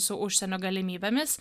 su užsienio galimybėmis